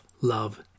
love